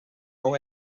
neu